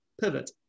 pivot